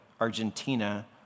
Argentina